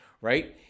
right